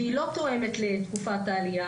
והיא לא תואמת לתקופת העלייה.